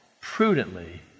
prudently